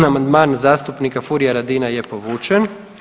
Amandman zastupnika Furija Radina je povučen.